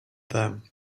them